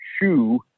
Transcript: shoe